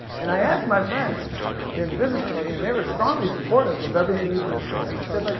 and i asked my friend in the business community, and they were strongly supportive of everything you've just said. i said like,